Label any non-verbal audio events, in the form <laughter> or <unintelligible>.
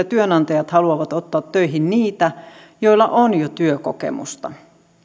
<unintelligible> työnantajat haluavat ottaa töihin heitä joilla on jo työkokemusta